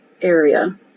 area